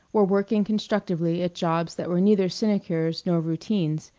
were working constructively at jobs that were neither sinecures nor routines.